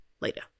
later